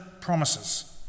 promises